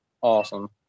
awesome